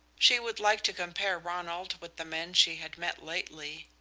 she would like to compare ronald with the men she had met lately.